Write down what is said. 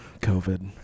COVID